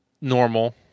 normal